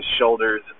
shoulders